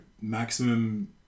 maximum